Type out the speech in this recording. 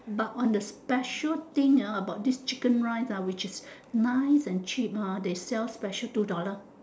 but on the special thing ah about this chicken rice ah which is nice and cheap ha is they sell special two dollar